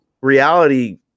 reality